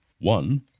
one